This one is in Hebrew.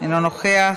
אינו נוכח.